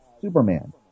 Superman